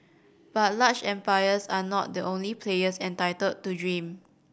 but large empires are not the only players entitled to dream